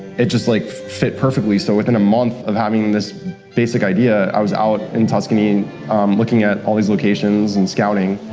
it just, like, fit perfectly. so within a month of having this basic idea, i was out in tuscany looking at all these locations and scouting.